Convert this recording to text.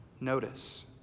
notice